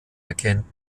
erkennt